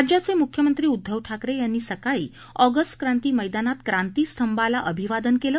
राज्याचे मुख्यमंत्री उद्धव ठाकरे यांनी सकाळी ऑगस्ट क्रांती मैदानात क्रांती स्तंभाला अभिवादन केलं